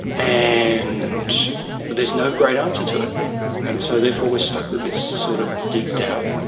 and there's no great answer to it and so therefore we're stuck with this sort of deep doubt,